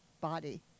body